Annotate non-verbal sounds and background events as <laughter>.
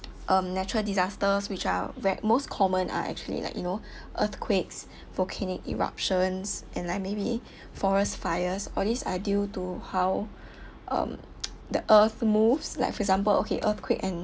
um natural disasters which are where most common are actually like you know <breath> earthquakes volcanic eruptions and like maybe forest fires all these are due to how um <noise> the earth moves like for example okay earthquake and